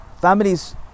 families